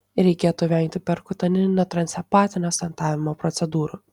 reikėtų vengti perkutaninio transhepatinio stentavimo procedūrų